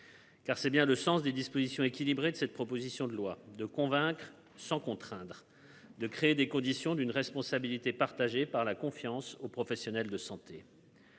Car c'est bien le sens des dispositions équilibré de cette proposition de loi de convaincre sans contraindre de créer des conditions d'une responsabilité partagée par la confiance aux professionnels de santé.